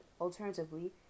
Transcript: Alternatively